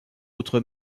outre